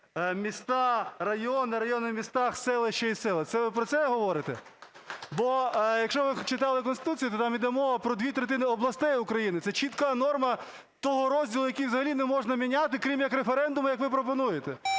міста, райони, райони в містах, селища і села. Це ви про це говорите? Бо, якщо ви читали Конституцію, то там іде мова про дві третини областей України – це чітка норма того розділу, який взагалі не можна міняти, крім як референдумом, як ви пропонуєте.